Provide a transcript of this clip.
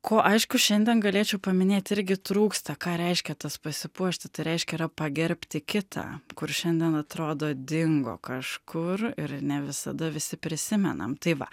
ko aišku šiandien galėčiau paminėti irgi trūksta ką reiškia tas pasipuošti tai reiškia yra pagerbti kitą kur šiandien atrodo dingo kažkur ir ne visada visi prisimenam tai va